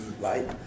right